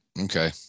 Okay